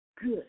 good